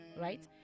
right